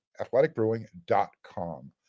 athleticbrewing.com